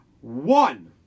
One